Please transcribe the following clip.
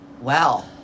Wow